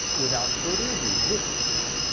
without further ado, vicki.